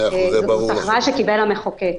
מה שקיבל המחוקק.